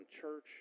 church